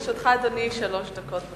לרשותך, אדוני, שלוש דקות.